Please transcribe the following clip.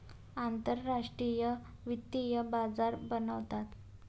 आंतरराष्ट्रीय वित्तीय बाजार बनवतात